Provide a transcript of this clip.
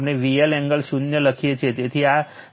તેથી આ Zy Ia Ib છે